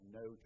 no